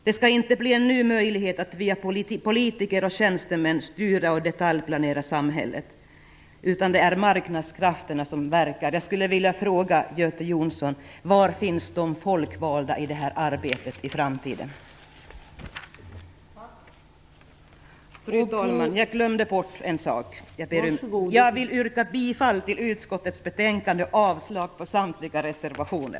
Det skall inte bli en ny möjlighet att via politiker och tjänstemän styra och detaljplanera samhället, utan det är marknadskrafterna som verkar. Jag vill yrka bifall till utskottets hemställan och avslag på samtliga reservationer.